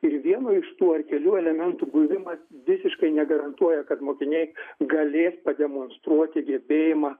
ir vieno iš tų ar kelių elementų buvimas visiškai negarantuoja kad mokiniai galės pademonstruoti gebėjimą